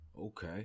okay